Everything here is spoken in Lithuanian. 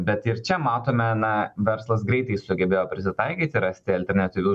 bet ir čia matome na verslas greitai sugebėjo prisitaikyti rasti alternatyvius